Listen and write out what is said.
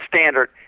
standard